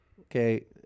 okay